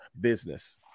business